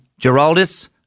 Geraldus